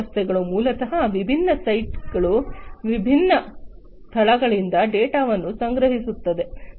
ಈ ವ್ಯವಸ್ಥೆಗಳು ಮೂಲತಃ ವಿಭಿನ್ನ ಸೈಟ್ಗಳು ವಿಭಿನ್ನ ಸ್ಥಳಗಳಿಂದ ಡೇಟಾವನ್ನು ಸಂಗ್ರಹಿಸುತ್ತವೆ